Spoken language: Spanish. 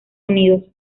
unidos